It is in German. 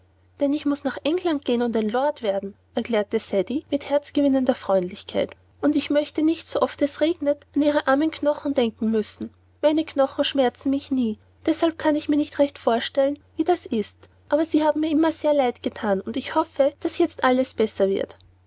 denn ich muß nach england gehen und ein lord werden erklärte ceddie mit herzgewinnender freundlichkeit und ich möchte nicht so oft es regnet an ihre armen knochen denken müssen meine knochen schmerzen mich nie deshalb kann ich mir nicht recht vorstellen wie das ist aber sie haben mir immer sehr leid gethan und ich hoffe daß jetzt alles besser wird